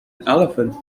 elephants